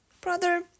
brother